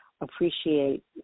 appreciate